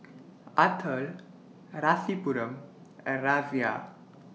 Atal Rasipuram and Razia